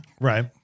Right